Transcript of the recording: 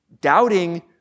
Doubting